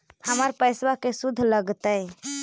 हमर पैसाबा के शुद्ध लगतै?